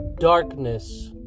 Darkness